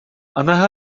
она